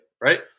Right